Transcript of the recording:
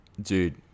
Dude